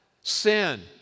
Sin